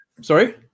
Sorry